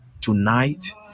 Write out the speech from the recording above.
tonight